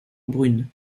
brune